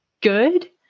good